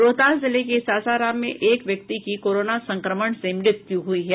रोहतास जिले के सासाराम में एक व्यक्ति की कोरोना संक्रमण से मृत्यु हुई है